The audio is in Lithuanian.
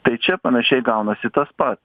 tai čia panašiai gaunasi tas pats